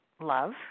love